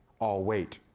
i'll wait.